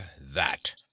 that